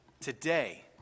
today